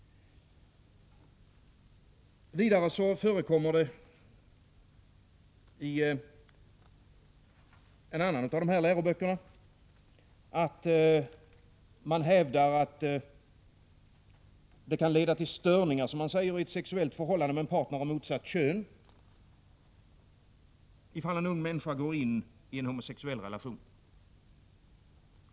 I en annan av dessa läroböcker förekommer det vidare att man hävdar att det kan leda till störningar i ett sexuellt förhållande med en partner av motsatt kön ifall en ung människa går in i en homosexuell relation.